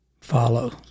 follow